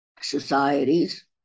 societies